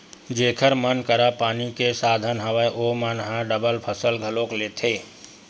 जेखर मन करा पानी के साधन हवय ओमन ह डबल फसल घलोक लेथे